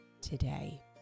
today